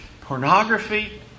pornography